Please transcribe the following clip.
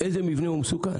איזה מבנה מסוכן.